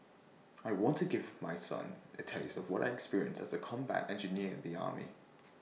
I wanted give my son A taste of what I experienced as A combat engineer in the army